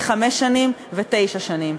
וחמש שנים ותשע שנים.